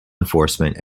enforcement